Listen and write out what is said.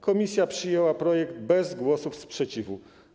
Komisja przyjęła projekt bez głosów sprzeciwu.